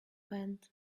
band